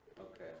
Okay